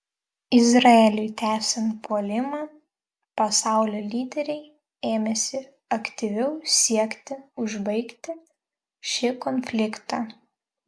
izraeliui tęsiant puolimą pasaulio lyderiai ėmėsi aktyviau siekti užbaigti šį konfliktą